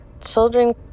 Children